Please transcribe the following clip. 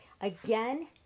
again